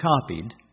copied